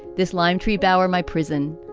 this lime tree bower, my prison,